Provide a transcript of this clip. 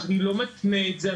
אני לא מתנה את זה.